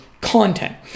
content